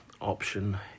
option